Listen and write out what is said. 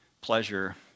pleasure